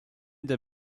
der